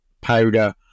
powder